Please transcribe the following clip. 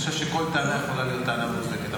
אני חושב שכל טענה יכולה להיות טענה מוצדקת.